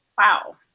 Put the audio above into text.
Wow